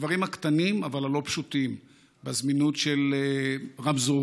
בדברים הקטנים אבל הלא-פשוטים: בזמינות של רמזורים,